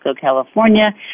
California